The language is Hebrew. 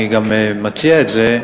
אני גם מציע את זה.